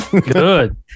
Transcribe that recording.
Good